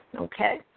Okay